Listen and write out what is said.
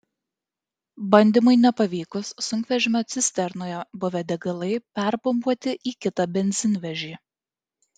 bandymui nepavykus sunkvežimio cisternoje buvę degalai perpumpuoti į kitą benzinvežį